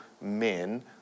men